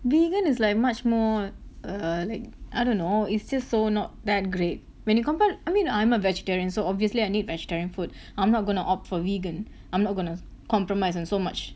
vegan is like much more err like I don't know it's just so not that great when you compare I mean I'm a vegetarian so obviously I need vegetarian food I'm not going to opt for vegan I'm not gonna compromise on so much